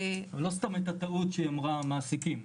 לא סתם הייתה טעות כשהיא אמרת מעסיקים.